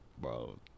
Bro